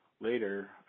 later